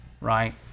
right